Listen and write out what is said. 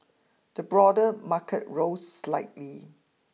the broader market rose slightly